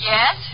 Yes